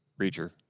Reacher